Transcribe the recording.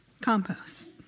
compost